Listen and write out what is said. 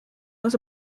was